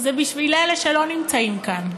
זה בשביל אלה שלא נמצאים כאן.